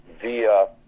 via